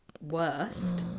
worst